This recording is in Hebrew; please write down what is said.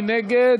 מי נגד?